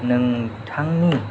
नोंथांनि